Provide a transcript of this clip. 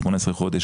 מה-18 חודשים,